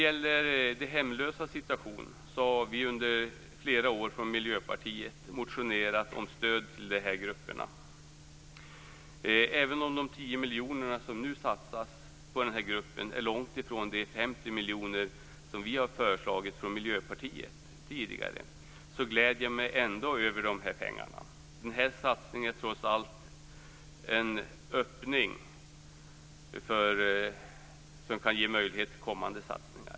Vi i Miljöpartiet har under flera år motionerat om stöd till de hemlösa. Även om de 10 miljoner kronor som nu satsas på denna grupp är långtifrån de 50 miljoner kronor som vi från Miljöpartiet tidigare har föreslagit gläder jag mig ändå över dessa pengar. Den här satsningen är trots allt en öppning som kan ge möjlighet till kommande satsningar.